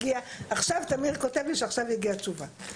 עכשיו טמיר כותב לי שעכשיו הגיעה תשובה.